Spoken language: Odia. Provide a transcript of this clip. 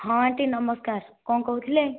ହଁ ଆଣ୍ଟି ନମସ୍କାର କଣ କହୁଥିଲେ